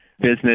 business